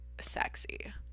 sexy